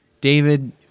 David